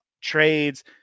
trades